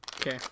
Okay